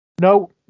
No